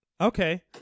okay